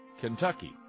Kentucky